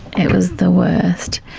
it was the worst.